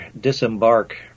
disembark